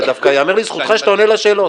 דווקא ייאמר לזכותך שאתה עונה לשאלות.